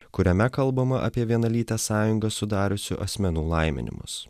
kuriame kalbama apie vienalytę sąjungą sudariusių asmenų laiminimus